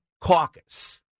caucus